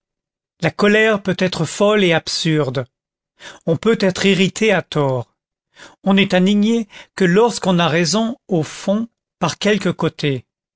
la colère peut être folle et absurde on peut être irrité à tort on n'est indigné que lorsqu'on a raison au fond par quelque côté